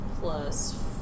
plus